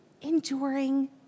enduring